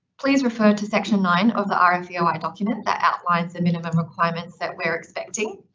please refer to section nine of the um rfeoi document that outlines the minimum requirements that we're expecting.